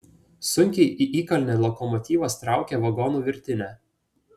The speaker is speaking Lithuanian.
sunkiai į įkalnę lokomotyvas traukia vagonų virtinę